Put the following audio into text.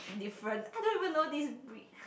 different I don't even know this brick